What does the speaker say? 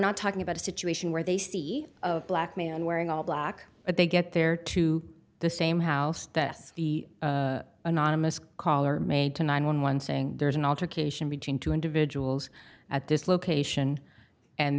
not talking about a situation where they see a black man wearing all black but they get there to the same house this the anonymous caller made to nine hundred and eleven saying there's an altercation between two individuals at this location and